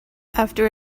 after